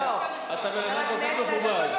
אתה אדם כל כך מכובד.